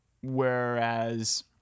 whereas